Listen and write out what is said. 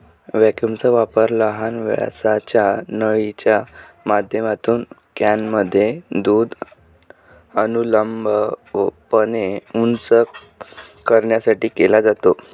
व्हॅक्यूमचा वापर लहान व्यासाच्या नळीच्या माध्यमातून कॅनमध्ये दूध अनुलंबपणे उंच करण्यासाठी केला जातो